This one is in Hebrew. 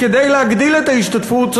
כדי להגדיל את ההשתתפות,